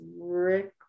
Rick